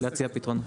ולהציע פתרונות.